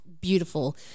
beautiful